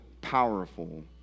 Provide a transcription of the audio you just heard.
powerful